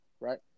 right